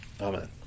Amen